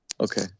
Okay